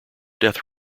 death